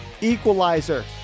equalizer